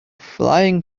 flying